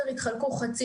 שמעת.